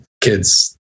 kids